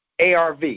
ARV